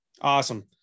Awesome